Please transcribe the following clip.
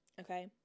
okay